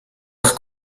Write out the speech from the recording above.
rock